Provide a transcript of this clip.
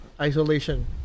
isolation